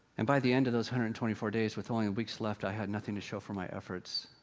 and by the end of those one hundred and twenty four days, with only and weeks left, i had nothing to show for my efforts.